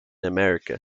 america